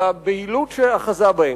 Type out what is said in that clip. על הבהילות שאחזה בהם.